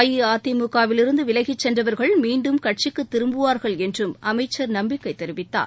அஇஅதிமுகவிலிருந்துவிலகிசென்றவர்கள் மீண்டும் கட்சிக்குதிரும்புவார்கள் என்றும் அமைச்சர் நம்பிக்கைதெரிவித்தார்